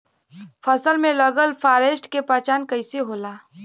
फसल में लगल फारेस्ट के पहचान कइसे होला?